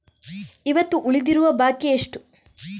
ಇವತ್ತು ಉಳಿದಿರುವ ಬಾಕಿ ಎಷ್ಟು?